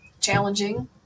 challenging